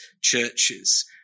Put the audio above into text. churches